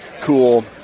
cool